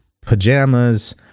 pajamas